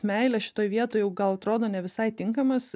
meilė šitoj vietoj jau gal atrodo ne visai tinkamas